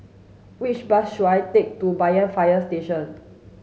which bus should I take to Banyan Fire Station